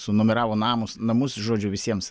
sunumeravo namus namus žodžiu visiems